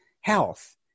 health